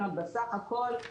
בסך הכול,